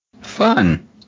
Fun